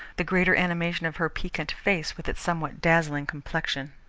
the greater animation of her piquant face with its somewhat dazzling complexion.